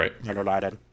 Right